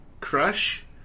Crush